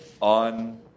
on